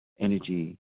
Energy